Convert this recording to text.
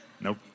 Nope